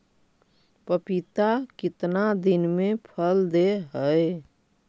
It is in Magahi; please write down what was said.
पपीता कितना दिन मे फल दे हय?